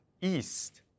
east